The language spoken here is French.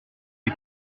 des